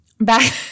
Back